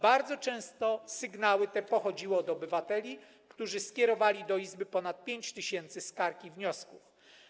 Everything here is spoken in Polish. Bardzo często sygnały te pochodziły od obywateli, którzy skierowali do Izby ponad 5 tys. skarg i wniosków.